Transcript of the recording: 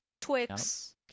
Twix